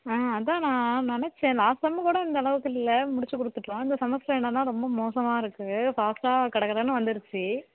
ஆ அதுதான் நான் நினைச்சன் லாஸ்ட் செம் கூட இந்தளவுக்கு இல்லை முடிச்சு கொடுத்துட்டோம் இந்த செமஸ்டர் என்னென்னா ரொம்ப மோசமாயிருக்கு ஃபாஸ்டாக கடகடன்னு வந்துடுச்சு